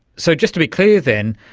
so, just to be clear then,